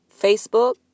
Facebook